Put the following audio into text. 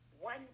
one